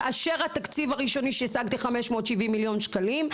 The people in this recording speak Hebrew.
כאשר התקציב הראשוני שהשגתי 570 מיליון שקלים,